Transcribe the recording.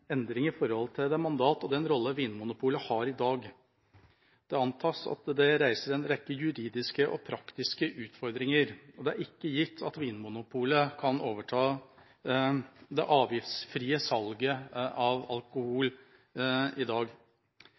i forhold til det mandat og den rolle Vinmonopolet har i dag. Det antas at det reiser en rekke juridiske og praktiske utfordringer, og det er ikke gitt at Vinmonopolet kan overta det avgiftsfrie salget av alkohol i dag.